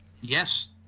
Yes